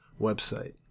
website